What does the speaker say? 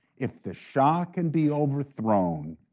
if the shah can be overthrown,